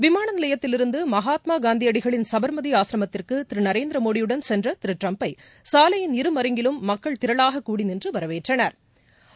விமானநிலையத்திலிருந்துமகாத்மாகாந்தியடிகளின் சபா்மதிஆசிரமத்திற்கு திருநரேந்திரமோடி யுடன் சென்ற திருட்ரம்புக்குசாலையின் இருமருங்கிலும் மக்கள் திரளாககூடிநின்றுவரவேற்றனா்